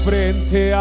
frente